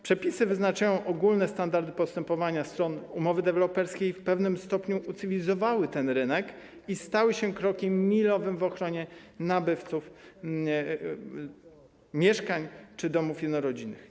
Przepisy wyznaczają ogólne standardy postępowania stron umowy deweloperskiej i w pewnym stopniu ucywilizowały ten rynek oraz stały się krokiem milowym w zakresie ochrony nabywców mieszkań czy domów jednorodzinnych.